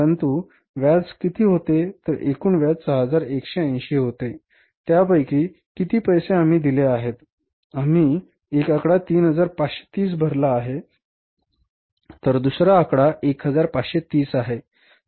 एकूण व्याज किती होते तर एकूण व्याज 6180 होते त्यापैकी किती पैसे आम्ही दिले आहेत आम्ही एक आकडा 3530 भरला आहे तर दुसरा आकडा 1530 आहे